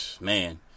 man